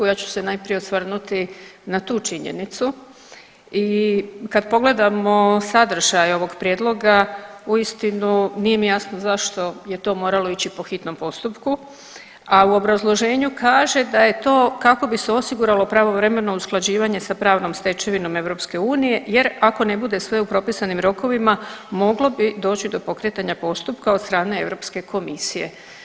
Ja ću se najprije osvrnuti na tu činjenicu i kad pogledamo sadržaj ovog prijedloga uistinu nije mi jasno zašto je to moralo ići po hitnom postupku, a u obrazloženju kaže da je to kako bi se osiguralo pravovremeno usklađivanje sa pravnom stečevinom EU jer ako ne bude sve u propisanim rokovima moglo bi doći do pokretanja postupka od strane Europske komisije.